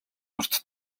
урт